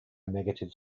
negative